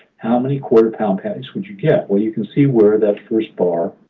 how many quarter-pound patties would you get? well, you can see where that first bar,